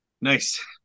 Nice